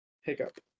hiccup